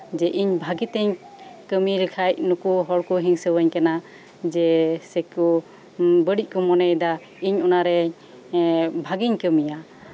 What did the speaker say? ᱡᱮ ᱤᱧ ᱵᱷᱟᱜᱤ ᱛᱤᱧ ᱠᱟᱢᱤ ᱞᱮᱠᱷᱟᱱ ᱱᱩᱠᱩ ᱦᱚᱲ ᱠᱚ ᱦᱤᱝᱥᱟᱹᱣᱟᱹᱧ ᱠᱟᱱᱟ ᱡᱮ ᱥᱮᱠᱚ ᱵᱟᱲᱤᱡ ᱠᱚ ᱢᱚᱱᱮᱭᱮᱫᱟ ᱤᱧ ᱚᱱᱟ ᱨᱮ ᱵᱷᱟᱜᱮᱧ ᱠᱟᱢᱤᱭᱟ